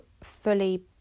fully